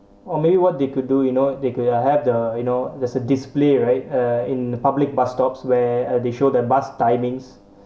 or maybe what they could do you know they could uh have the you know there's a display right uh in the public bus stops where uh they show the bus timings